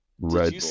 Red